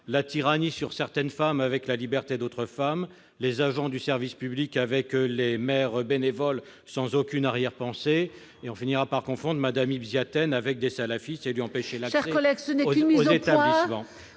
la tyrannie subie par certaines femmes avec la liberté dont disposent d'autres femmes, les agents du service public avec les maires bénévoles- sans aucune arrière-pensée ... Et on finira par confondre Mme Ibn Ziaten avec des salafistes et lui empêcher l'accès aux établissements